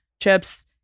chips